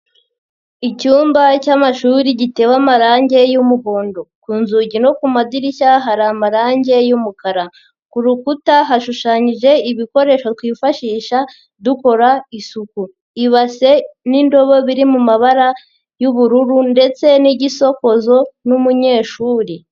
Icyumba cy'amashuri gitewe amarangi y'umuhondo ku nzugi no ku madirishya hari amarangi y'umukara, ku rukuta hashushanyije ibikoresho twifashisha dukora isuku, ibase n'indobo biri mu mabara y'ubururu ndetse n'igisokozo n'umunyeshuri.